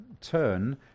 turn